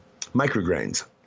micrograins